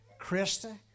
Krista